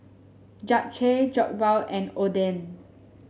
Japchae Jokbal and Oden